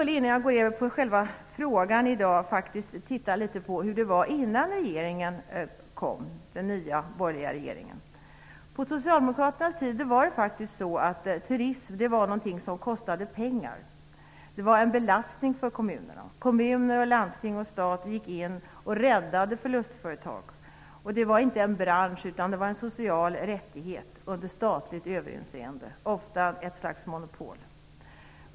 Innan jag går över på själva frågan vill jag titta litet på hur det var innan den borgerliga regeringen kom. På Socialdemokraternas tid var turism något som kostade pengar. Det var en belastning för kommunerna. Kommuner, landsting och stat gick in och räddade förlustföretag. Det var inte en bransch utan en social rättighet under statligt överinseende. Ofta var det ett slags monopol.